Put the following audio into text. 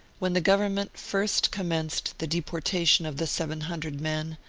when the govern ment first commenced the deportation of the seven hundred men,